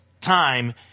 time